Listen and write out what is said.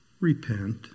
Repent